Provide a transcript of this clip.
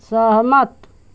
सहमत